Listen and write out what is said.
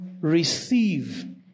receive